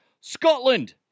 Scotland